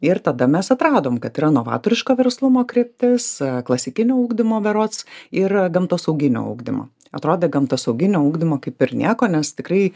ir tada mes atradom kad yra novatoriško verslumo kryptis klasikinio ugdymo berods ir gamtosauginio ugdymo atrodė gamtosauginio ugdymo kaip ir nieko nes tikrai